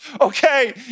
okay